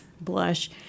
blush